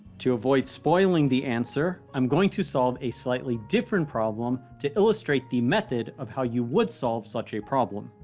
to avoid spoiling the answer, i'm going to solve a slightly different problem to illustrate the method of how you would solve such a problem.